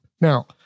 Now